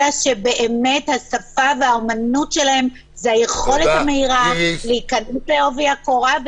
אלא שבאמת השפה והאמנות שלהם היא היכולת המהירה להיכנס לעובי הקורה,